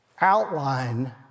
outline